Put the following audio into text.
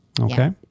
Okay